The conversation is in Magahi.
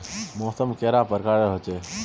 मौसम कैडा प्रकारेर होचे?